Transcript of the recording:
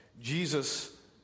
Jesus